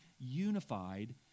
unified